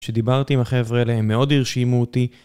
כשדיברתי עם החבר'ה האלה הם מאוד הרשימו אותי.